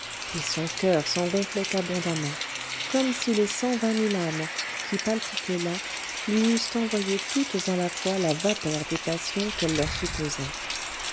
et son coeur s'en gonflait abondamment comme si les cent vingt mille âmes qui palpitaient là lui eussent envoyé toutes à la fois la vapeur des passions qu'elle leur supposait